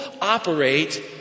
operate